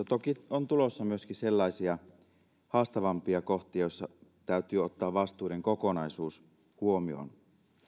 mutta toki on tulossa myöskin sellaisia haastavampia kohtia joissa täytyy ottaa vastuiden kokonaisuus huomioon